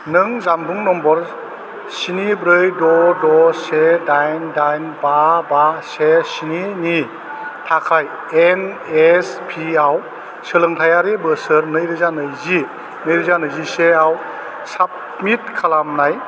नों जानबुं नम्बार स्नि ब्रै द' द' से दाइन दाइन बा बा से स्निनि थाखाय एन एस पि आव सोलोंथाइयारि बोसोर नैरोजा नैजि नैरोजा नैजिसेयाव साबमिट खालामनाय